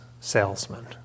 salesman